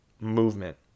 movement